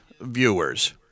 viewers